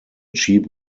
cheap